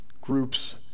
groups